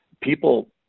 people